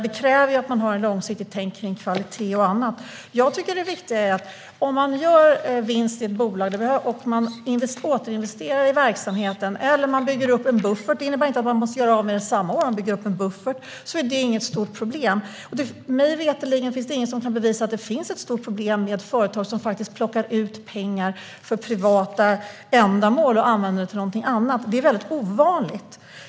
Det kräver att man har ett långsiktigt tänkande kring kvalitet och annat. Jag tycker att det viktiga om man gör vinst i ett bolag är att man återinvesterar i verksamheten eller bygger upp en buffert. Det innebär inte att man måste göra av med den samma år. Om man bygger upp en buffert är det inget stort problem. Mig veterligen finns det ingen som kan bevisa att det finns ett stort problem med företag som plockar ut pengar för privata ändamål, som använder pengarna till någonting annat. Det är väldigt ovanligt.